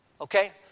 Okay